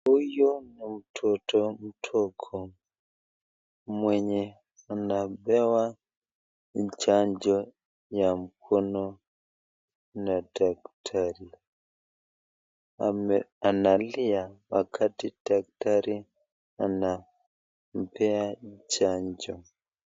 Huyu ni mtoto mdogo mwenye anapewa chanjo ya mkono na daktari, analia wakati daktari anampea chanjo.